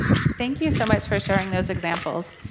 thank you so much for showing those examples.